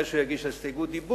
שכדאי שהוא יגיש הסתייגות דיבור,